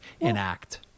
enact